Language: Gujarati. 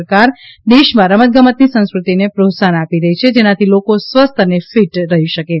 સરકાર દેશમાં રમતગમતની સંસ્કૃતિને પ્રોત્સાહન આપી રહી છે જેનાથી લોકો સ્વસ્થ અને ફીટ રહી શકે છે